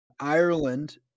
Ireland